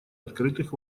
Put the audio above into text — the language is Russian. открытых